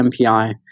MPI